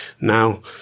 Now